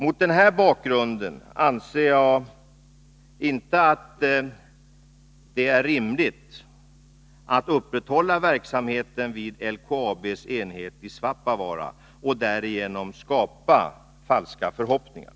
Mot denna bakgrund anser jag inte att det är rimligt att upprätthålla verksamheten vid LKAB:s enhet i Svappavaara och därigenom skapa falska förhoppningar.